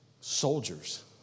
soldiers